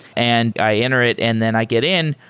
and i enter it and then i get in.